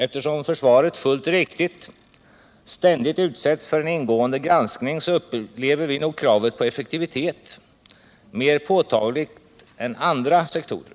Eftersom försvaret — fullt riktigt — ständigt utsätts för en ingående granskning upplever vi kanske kravet på effektivitet mer påtagligt än andra sektorer.